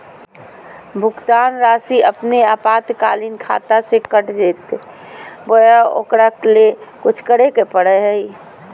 भुक्तान रासि अपने आपातकालीन खाता से कट जैतैय बोया ओकरा ले कुछ करे परो है?